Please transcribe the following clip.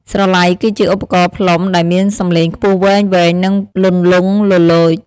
ស្រឡៃ គឺជាឧបករណ៍ផ្លុំដែលមានសំឡេងខ្ពស់វែងៗ និងលន្លង់លលោច។